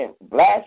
blast